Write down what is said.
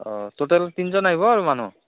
অঁ ট'টেল তিনজন আহিব আৰু মানুহ